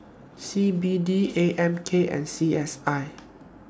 C B D A M K and C S I